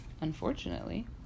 unfortunately